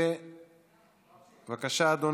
בבקשה, אדוני,